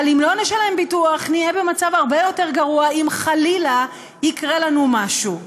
אבל אם לא נשלם ביטוח נהיה במצב הרבה יותר גרוע אם חלילה יקרה לנו משהו.